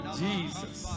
jesus